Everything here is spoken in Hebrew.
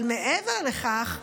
אבל מעבר לכך,